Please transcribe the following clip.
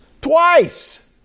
twice